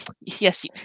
Yes